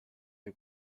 või